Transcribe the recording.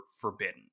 forbidden